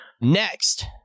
Next